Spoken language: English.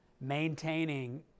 maintaining